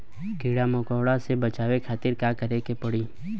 कीड़ा मकोड़ा से बचावे खातिर का करे के पड़ी?